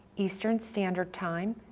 eastern standard time,